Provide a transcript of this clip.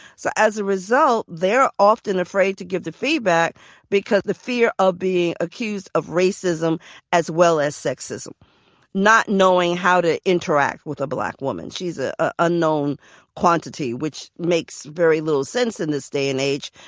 so as a result, they're often afraid to give their feedback because the fear of being accused of racism as well as sexism not knowing how to interact with a black woman, she's ah a unknown quantity, which makes very little sense in this day and age.